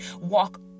walk